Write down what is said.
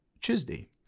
Tuesday